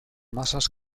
masas